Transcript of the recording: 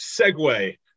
segue